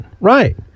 Right